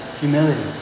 humility